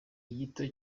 gito